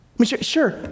sure